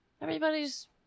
Everybody's